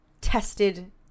tested